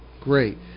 great